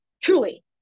Truly